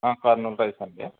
Kurnool rice అండి